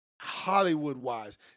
Hollywood-wise